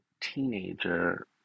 teenager